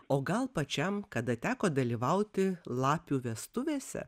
o gal pačiam kada teko dalyvauti lapių vestuvėse